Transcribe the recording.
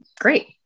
Great